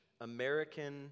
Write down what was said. American